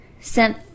sent